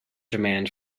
demand